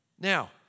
Now